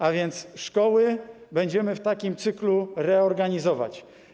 A więc szkoły będziemy w takim cyklu reorganizować.